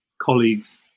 colleagues